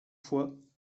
fois